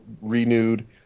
renewed